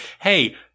hey